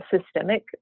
systemic